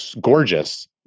gorgeous